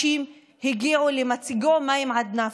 הגיעו מים עד נפש.